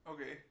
Okay